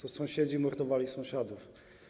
To sąsiedzi mordowali sąsiadów.